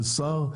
שר,